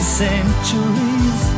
centuries